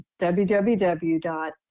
www